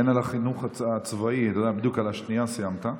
אין על החינוך הצבאי, בדיוק על השנייה סיימת.